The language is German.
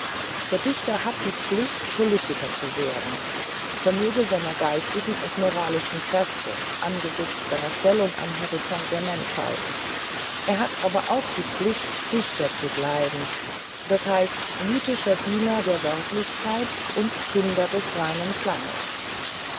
der dichter hat die pflicht politiker zu werden vermöge seiner geistigen und moralischen kräfte angesichts seiner stellung im horizont der menschheit er hat aber auch die pflicht dichter zu bleiben d h mythischer diener der wörtlichkeit und künder des reinen klanges